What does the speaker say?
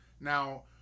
now